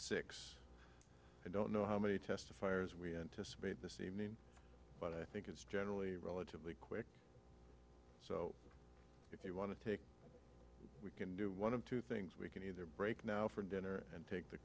six i don't know how many testifiers we anticipate this evening but i think it's generally relatively quick so if they want to take we can do one of two things we can either break now for dinner and take the